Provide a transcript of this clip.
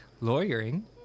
lawyering